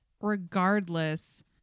regardless